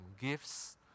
gifts